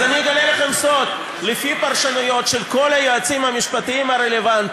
אז אני אגלה לכם סוד: לפי פרשנויות של כל היועצים המשפטיים הרלוונטיים,